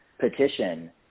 petition